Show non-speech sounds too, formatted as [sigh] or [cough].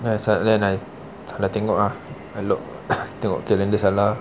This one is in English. then I sal~ then I salah tengok ah elok [coughs] tengok calender salah